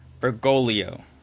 bergoglio